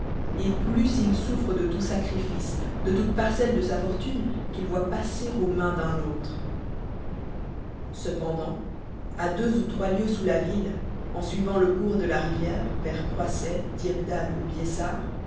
et plus il souffre de tout sacrifice de toute parcelle de sa fortune qu'il voit passer aux mains d'un autre cependant à deux ou trois lieues sous la ville en suivant le cours de la rivière vers croisset dieppedalle ou